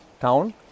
town